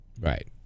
Right